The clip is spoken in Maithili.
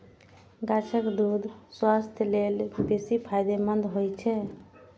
गाछक दूछ स्वास्थ्य लेल बेसी फायदेमंद होइ छै